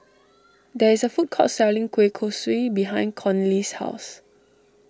there is a food court selling Kueh Kosui behind Conley's house